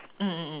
mm